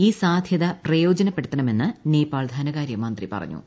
ഈ സാധ്യത പ്രയോജനപ്പെടുത്തണമെന്ന് നേപ്പാൾ ധനകാര്യമന്ത്രി പറഞ്ഞു